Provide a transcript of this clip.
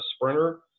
sprinter